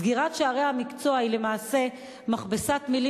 סגירת שערי המקצוע היא למעשה מכבסת מלים